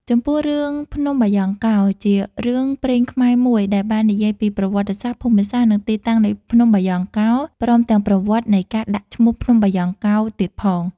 ចំពោះរឿងភ្នំបាយ៉ង់កោ ជារឿងព្រេងខ្មែរមួយដែលបាននិយាយពី ប្រវត្តិសាស្រ្ត ភូមិសាស្រ្ដ និងទីតាំងនៃភ្នំបាយ៉ង់កោ ព្រមទាំងប្រវត្តិនៃការដាក់ឈ្មោះភ្នំបាយ៉ង់កោទៀតផង។